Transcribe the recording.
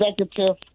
executive